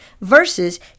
versus